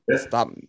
Stop